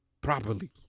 Properly